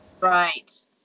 Right